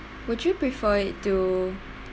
would you prefer it to